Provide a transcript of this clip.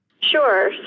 Sure